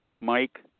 Mike